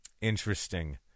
Interesting